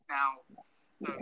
Now